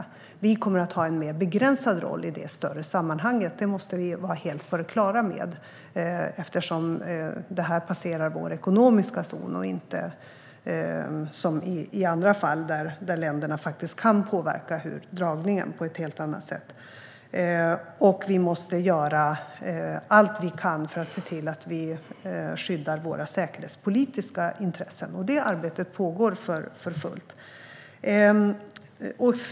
I detta större sammanhang kommer Sverige att ha en mer begränsad roll. Det måste vi vara helt på det klara med, eftersom det passerar vår ekonomiska zon och inte som i andra fall där länder kan påverka dragningen på ett helt annat sätt. Vi måste göra allt vi kan för att skydda våra säkerhetspolitiska intressen. Det arbetet pågår för fullt.